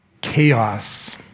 chaos